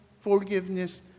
forgiveness